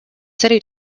city